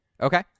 Okay